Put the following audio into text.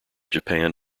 japan